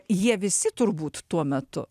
jie visi turbūt tuo metu